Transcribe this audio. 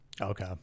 Okay